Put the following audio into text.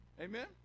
Amen